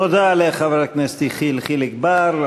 תודה לחבר הכנסת יחיאל חיליק בר,